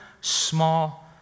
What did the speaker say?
small